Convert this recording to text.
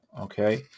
okay